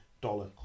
dollar